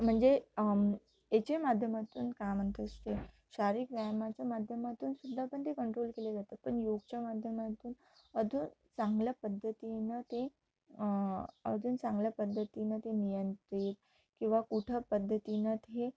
म्हणजे याचे माध्यमातून का म्हणतोस ते शारीरिक व्यायामाच्या माध्यमातून सुद्धा पण ते कंट्रोल केले जातं पण योगच्या माध्यमातून अजून चांगल्या पद्धतीनं ते अजून चांगल्या पद्धतीनं ते नियंत्रित किंवा कुठं पद्धतीनं ते